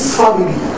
family